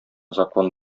закон